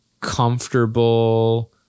comfortable